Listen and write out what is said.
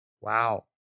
wow